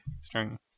string